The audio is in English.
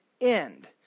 end